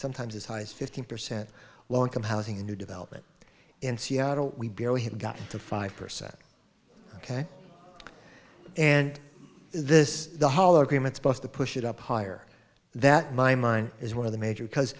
sometimes as high as fifteen percent low income housing a new development in seattle we barely have got to five percent ok and this the whole arguments plus the push it up higher that my mind is one of the major because